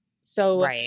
So-